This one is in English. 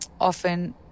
often